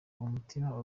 n’umutima